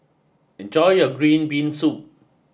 enjoy your Green Bean Soup